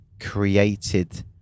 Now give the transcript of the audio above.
created